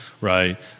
right